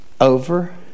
over